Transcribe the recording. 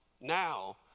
Now